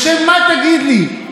בשם מה, תגיד לי?